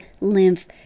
lymph